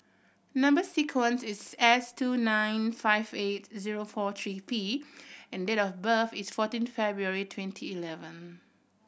number sequence is S two nine five eight zero four three P and date of birth is fourteen February twenty eleven